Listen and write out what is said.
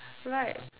right